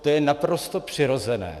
To je naprosto přirozené.